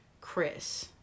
Chris